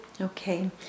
okay